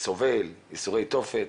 שסובל ייסורי תופת.